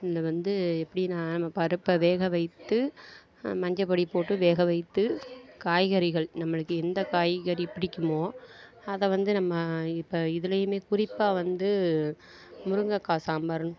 இத வந்து எப்படின்னா நம்ம பருப்பை வேக வைத்து மஞ்சள் பொடி போட்டு வேக வைத்து காய்கறிகள் நம்மளுக்கு எந்த காய்கறி பிடிக்குமோ அதை வந்து நம்ம இப்போ இதுலேயுமே குறிப்பாக வந்து முருங்கைக்கா சாம்பாருன்னு